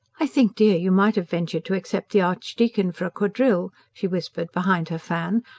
i think, dear, you might have ventured to accept the archdeacon for a quadrille, she whispered behind her fan,